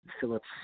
Phillips